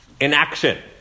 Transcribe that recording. Inaction